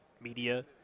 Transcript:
media